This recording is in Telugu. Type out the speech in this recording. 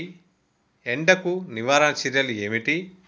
ఎండకు నివారణ చర్యలు ఏమిటి?